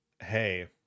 hey